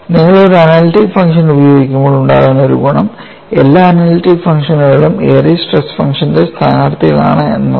നിങ്ങൾ ഒരു analytic function ഉപയോഗിക്കുമ്പോൾ ഉണ്ടാകുന്ന ഒരു ഗുണം എല്ലാ അനലിറ്റിക് ഫംഗ്ഷനുകളും എറിസ് സ്ട്രെസ് ഫംഗ്ഷന്റെ സ്ഥാനാർത്ഥികളാണ് എന്നതാണ്